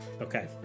Okay